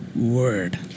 word